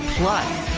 plus.